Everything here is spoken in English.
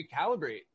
recalibrate